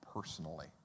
personally